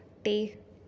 ਤੇ